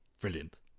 Brilliant